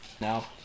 Now